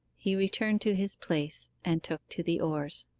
he returned to his place and took to the oars.